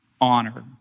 honor